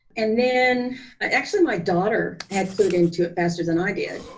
and then i actually my daughter had clued into it faster than i did.